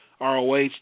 ROH